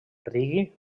reggae